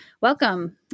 Welcome